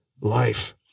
life